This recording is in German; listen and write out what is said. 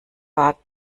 war